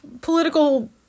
political